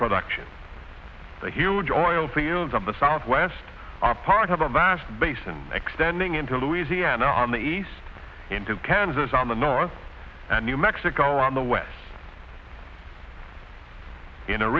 production the huge oil fields of the southwest are part of a vast basin extending into louisiana on the east into kansas on the north and new mexico around the west in a